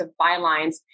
bylines